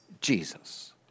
Jesus